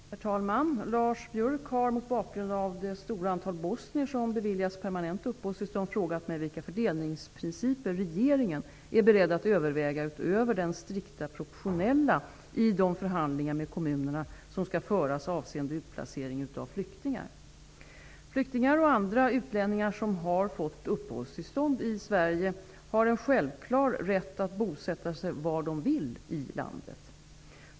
Herr talman! Lars Biörck har, mot bakgrund av det stora antal bosnier som beviljats permanent uppehållstillstånd, frågat mig vilka fördelningsprinciper regeringen är beredd att överväga utöver den strikt proportionella i de förhandlingar med kommunerna som skall föras avseende utplacering av flyktingar. Flyktingar och andra utlänningar som har fått uppehållstillstånd i Sverige har en självklar rätt att bosätta sig var de vill i landet.